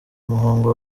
muhango